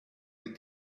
with